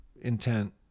intent